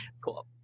Cool